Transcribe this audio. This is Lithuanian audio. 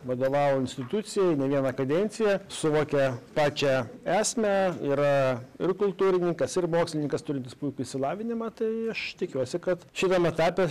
vadovavo institucijai ne vieną kadenciją suvokė pačią esmę yra ir kultūrininkas ir mokslininkas turintis puikų išsilavinimą tai aš tikiuosi kad šitam etape